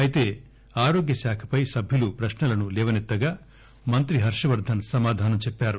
అయితే ఆరోగ్యశాఖపై సభ్యులు ప్రశ్నలను లేవనెత్తగా మంత్రి పార్వవర్దన్ సమాధానం చెప్పారు